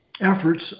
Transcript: efforts